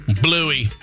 Bluey